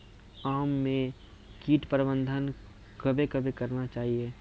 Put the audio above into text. आम मे कीट प्रबंधन कबे कबे करना चाहिए?